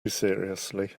seriously